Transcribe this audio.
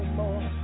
more